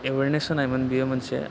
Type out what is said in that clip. awareness होनायमोन बेयो मोनसे